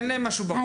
אין להם משהו ---.